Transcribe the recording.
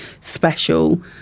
special